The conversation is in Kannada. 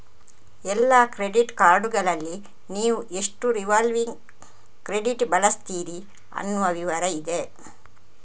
ಎಲ್ಲಾ ಕ್ರೆಡಿಟ್ ಕಾರ್ಡುಗಳಲ್ಲಿ ನೀವು ಎಷ್ಟು ರಿವಾಲ್ವಿಂಗ್ ಕ್ರೆಡಿಟ್ ಬಳಸ್ತೀರಿ ಅನ್ನುವ ವಿವರ ಇದೆ